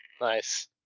Nice